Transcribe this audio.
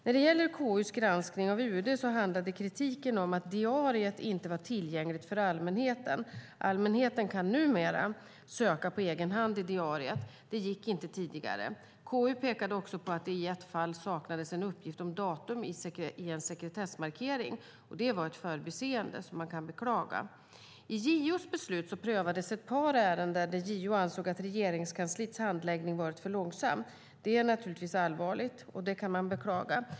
När det gäller KU:s granskning av UD handlade kritiken om att diariet inte var tillgängligt för allmänheten. Numera kan allmänheten söka på egen hand i diariet. Det gick inte tidigare. KU pekade också på att det i ett fall saknades en uppgift om datum i en sekretessmarkering. Det var ett förbiseende som man kan beklaga. I JO:s beslut prövades ett par ärenden där JO ansåg att Regeringskansliets handläggning varit för långsam. Det är naturligtvis allvarligt, och det kan man beklaga.